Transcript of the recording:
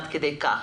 עד כדי כך.